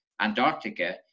Antarctica